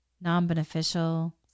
non-beneficial